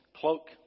cloak